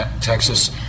Texas